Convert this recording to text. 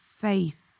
faith